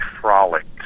frolicked